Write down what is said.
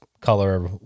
color